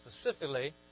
specifically